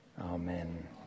Amen